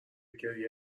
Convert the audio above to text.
گریه